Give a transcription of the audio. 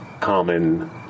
common